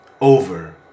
over